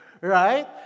Right